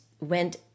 went